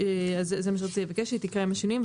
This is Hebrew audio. זה מה שרציתי לבקש, שהיא תקרא עם השינויים.